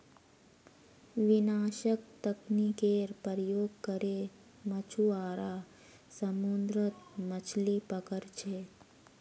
विनाशक तकनीकेर प्रयोग करे मछुआरा समुद्रत मछलि पकड़ छे